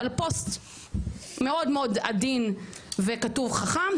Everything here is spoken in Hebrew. על פוסט מאוד מאוד עדין וכתוב חכם,